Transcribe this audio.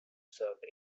served